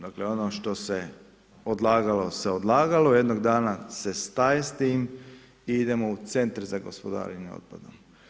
Dakle, ono što se odlagalo, se odlagalo, jednog dana se staje s tim i idemo u centre za gospodarenje otpadom.